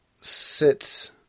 sits